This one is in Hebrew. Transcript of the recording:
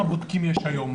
כמה בודקים יש היום?